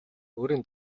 өөрийн